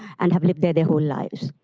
and have lived there their whole lives.